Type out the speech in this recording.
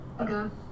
Okay